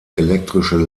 elektrische